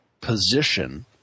position